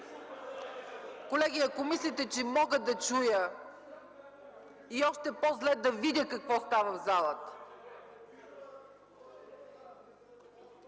Колеги, ако мислите, че мога да чуя и още по-зле – да видя, какво става в залата?